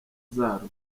zarwo